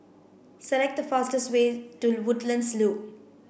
select the fastest way to Woodlands Loop